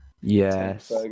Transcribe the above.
Yes